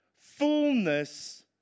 fullness